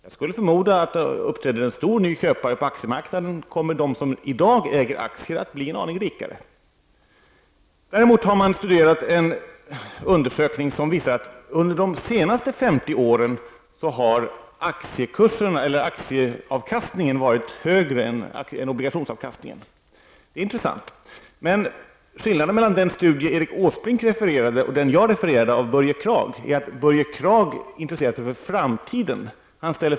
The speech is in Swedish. Jag skulle förmoda, att om det uppträder en stor ny köpare på aktiemarknaden, kommer de som i dag äger aktier att bli en aning rikare. Man har däremot studerat en undersökning som visar att aktiekurserna, eller aktieavkastningen, under de senaste 50 åren har varit högre än obligationsavkastningen. Det är intressant. Men skillnaden mellan den studie Erik Åsbrink refererade och den jag refererade av Börje Kragh är att han intresserar sig för framtiden.